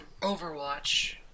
Overwatch